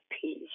peace